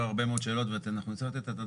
הרבה מאוד שאלות ואנחנו נצטרך לתת את הדעת.